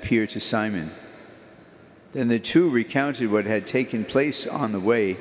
appeared to simon and the two recounted what had taken place on the way